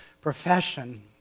profession